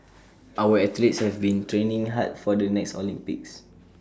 our athletes have been training hard for the next Olympics